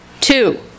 two